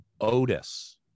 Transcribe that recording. Otis